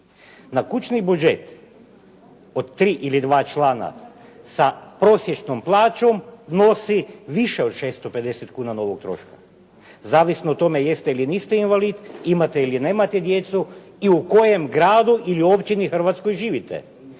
Na kućni budžet od tri ili dva člana sa prosječnom plaćom nosi više od 650 kuna novog troškova, zavisno o tome jeste li ili niste invalid, imate ili nemate djecu i u kojem gradu ili općini u Hrvatskoj živite.